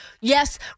yes